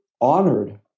honored